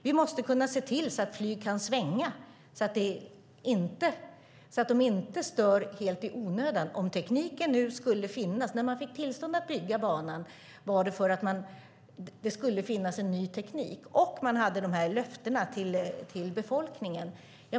Vi måste se till att flygplan kan svänga så att de inte stör i onödan om tekniken finns. Man fick tillstånd att bygga banan för att det fanns ny teknik, och man gav löften till befolkningen.